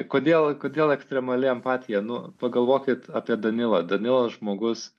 kodėl kodėl ekstremali empatija nu pagalvokit apie danilą danilas žmogus